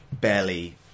barely